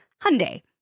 Hyundai